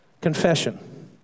confession